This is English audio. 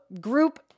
group